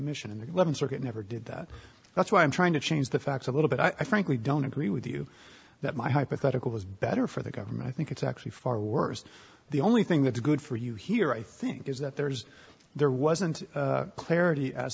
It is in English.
mission and the th circuit never did that that's why i'm trying to change the facts a little bit i frankly don't agree with you that my hypothetical is better for the government i think it's actually far worse the only thing that's good for you here i think is that there's there wasn't clarity as